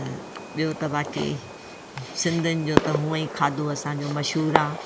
त ॿियो त बाक़ी सिंधियुनि जो त हुअं ई खाधो असांजो मशहूरु आहे